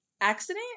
accident